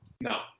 no